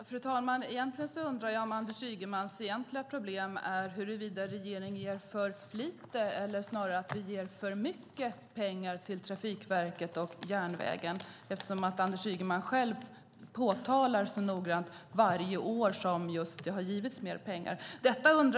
Fru talman! Jag undrar om inte Anders Ygemans egentliga problem är huruvida regeringen ger för lite eller för mycket pengar till Trafikverket och järnvägen. Anders Ygeman påtalar noggrant varje år som det har givits mer pengar.